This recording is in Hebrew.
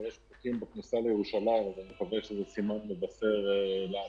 אבל כבר יש פקקים בכניסה לירושלים אז זה סימן מבשר לעתיד.